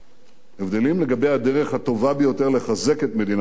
הבדלים לגבי הדרך הטובה ביותר לחזק את מדינת ישראל,